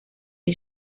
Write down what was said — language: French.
est